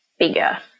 Bigger